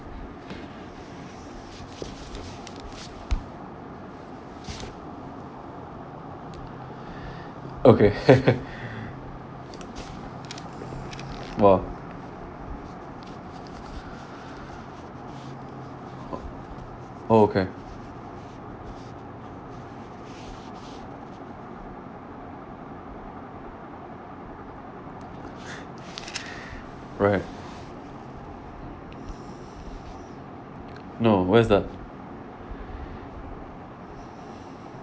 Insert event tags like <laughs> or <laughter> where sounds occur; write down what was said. <breath> okay <laughs> !wow! oh okay <breath> right no where is that